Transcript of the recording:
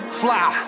fly